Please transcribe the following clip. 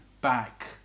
back